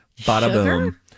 bada-boom